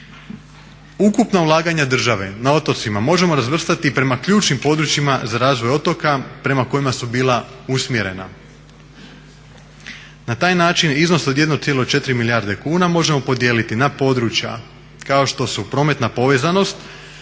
Ukupna ulaganja države na otocima možemo razvrstati i prema ključnim područjima za razvoj otoka prema kojima su bila usmjerena. Na taj način iznos od 1,4 milijarde kuna možemo podijeliti na područja kao što su prometna povezanost